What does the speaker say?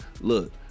look